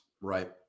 Right